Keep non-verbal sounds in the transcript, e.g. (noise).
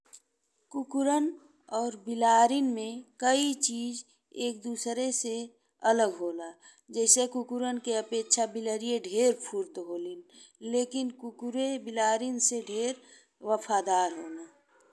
(noise) कुक्कुरन और बिलारिन में कई चीज एक दूसरे से अलग होला, जैसे कुक्कुरन के अपेक्षा बिलारिए ढेर फुर्त होलिन लेकिन कुक्कुर बिलारिन से ढेर वफादार होले।